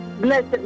Blessed